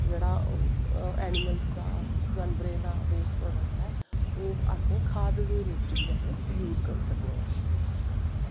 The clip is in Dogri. जेह्ड़ा ऐनीमलस दा जानवरें दा बेस्ट प्राडैक्ट ऐ ओह् असें खाद दे रूप च बी असें यूज़ करी सकने आं